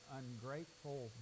ungrateful